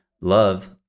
love